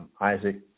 Isaac